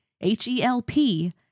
H-E-L-P